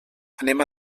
anem